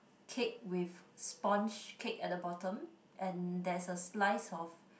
cake with sponge cake at the bottom and there's a slice of